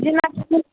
बिना बुझले